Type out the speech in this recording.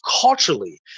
culturally